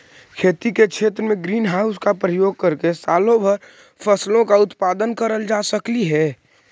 खेती के क्षेत्र में ग्रीन हाउस का प्रयोग करके सालों भर फसलों का उत्पादन करल जा सकलई हे